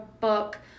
book